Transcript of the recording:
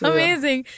Amazing